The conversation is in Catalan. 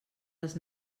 les